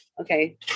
Okay